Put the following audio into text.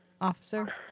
officer